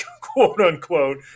quote-unquote